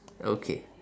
okay